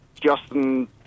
justin